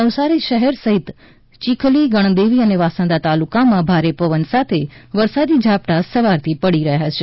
નવસારી શહેર સહિત ચિખલી ગણદેવી અને વાંસદા તાલુકામાં ભારે પવન સાથે વરસાદી ઝાપટાં સવારથી પડી રહ્યા છે